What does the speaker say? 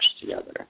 together